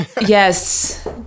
Yes